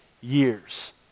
years